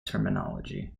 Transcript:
terminology